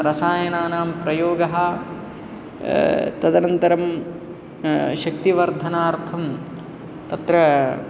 रसायनानां प्रयोगः तदन्तरं शक्तिवर्धनार्थं तत्र